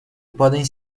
podem